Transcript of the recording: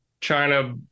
china